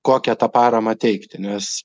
kokią tą paramą teikti nes